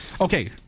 okay